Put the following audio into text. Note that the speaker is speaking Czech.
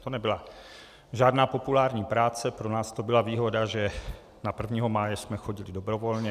To nebyla žádná populární práce, pro nás to byla výhoda, že na prvního máje jsme chodili dobrovolně.